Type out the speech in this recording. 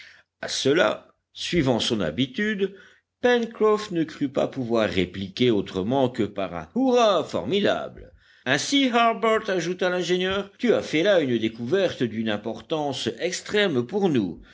à cela suivant son habitude pencroff ne crut pas pouvoir répliquer autrement que par un hurrah formidable ainsi harbert ajouta l'ingénieur tu as fait là une découverte d'une importance extrême pour nous